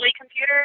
computer